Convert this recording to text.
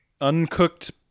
uncooked